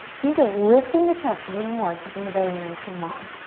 think of lifting the chest a little more, keeping the belly nice and long.